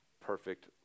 perfect